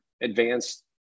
advanced